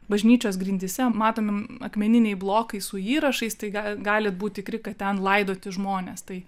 bažnyčios grindyse matomi akmeniniai blokai su įrašais tai gali galit būt tikri kad ten laidoti žmonės tai